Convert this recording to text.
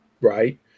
right